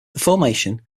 formation